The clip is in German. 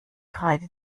kreide